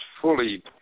fully